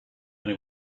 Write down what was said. and